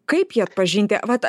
kaip jį atpažinti vat